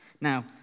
Now